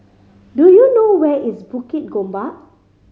do you know where is Bukit Gombak